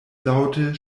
laŭte